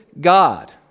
God